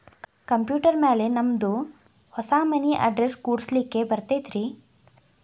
Computer ಮ್ಯಾಲೆ ನಮ್ದು ಹೊಸಾ ಮನಿ ಅಡ್ರೆಸ್ ಕುಡ್ಸ್ಲಿಕ್ಕೆ ಬರತೈತ್ರಿ?